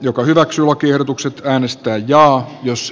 joka hyväksyy lakiehdotukset äänestää jaa jos